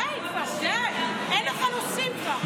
די כבר, די, אין לך נושאים כבר.